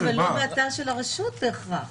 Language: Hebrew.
זה רק יסבך את העניינים.